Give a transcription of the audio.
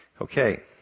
Okay